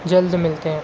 جلد ملتے ہیں